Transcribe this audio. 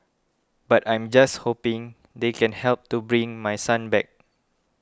but I'm just hoping they can help to bring my son back